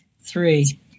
three